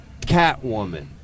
Catwoman